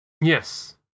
Yes